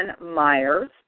Myers